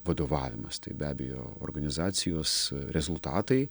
vadovavimas tai be abejo organizacijos rezultatai